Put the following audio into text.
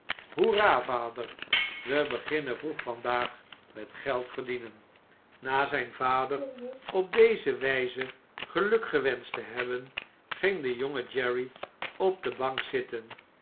hoera vader i we beginnen vroegvandaag met geld verdienen na zijn vader op deze wijze gelukgewenscht te hebben ging de jonge jerry op de bank zitten